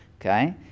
Okay